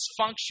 dysfunction